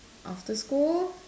after school